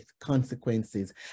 consequences